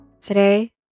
Today